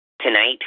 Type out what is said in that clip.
Tonight